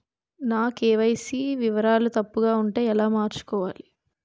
నా కే.వై.సీ వివరాలు తప్పుగా ఉంటే ఎలా మార్చుకోవాలి?